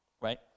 right